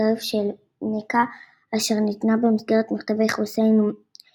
לשריף של מכה אשר ניתנה במסגרת מכתבי חוסיין-מקמהון,